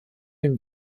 dem